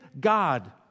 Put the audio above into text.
God